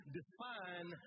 define